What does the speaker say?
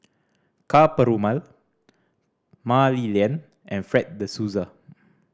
Ka Perumal Mah Li Lian and Fred De Souza